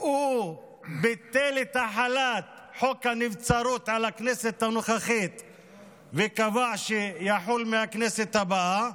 הוא ביטל את החלת חוק הנבצרות על הכנסת הנוכחית וקבע שיחול מהכנסת הבאה,